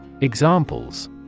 Examples